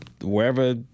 wherever